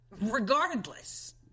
regardless